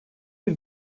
bir